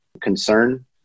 concern